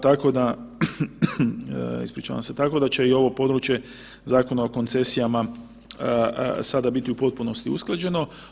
Tako da, ispričavam se, tako da će i ovo područje Zakona o koncesijama, sada biti u potpunosti usklađeno.